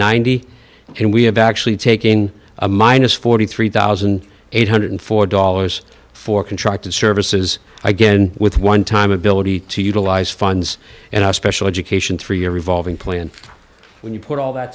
ninety and we have actually taking a minus forty three thousand eight hundred and four dollars for contracted services again with one time ability to utilize funds in a special education three year revolving plan when you put all that